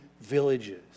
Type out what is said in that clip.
villages